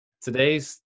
today's